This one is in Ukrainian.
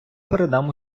передам